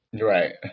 right